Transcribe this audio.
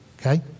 Okay